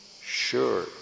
Sure